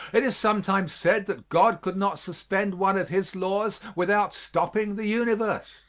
it is sometimes said that god could not suspend one of his laws without stopping the universe,